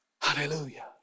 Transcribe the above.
Hallelujah